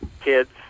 kids